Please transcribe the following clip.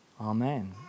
Amen